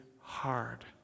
hard